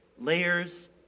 layers